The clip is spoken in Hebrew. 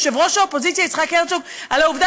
יושב-ראש האופוזיציה יצחק הרצוג על העובדה